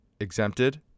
exempted